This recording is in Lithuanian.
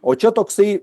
o čia toksai